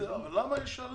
השינוי בתקנות